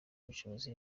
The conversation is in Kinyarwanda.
ubushobozi